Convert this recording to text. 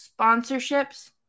sponsorships